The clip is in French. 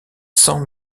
cent